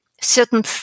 certain